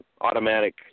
automatic